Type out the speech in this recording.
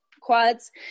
quads